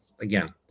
again